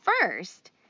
first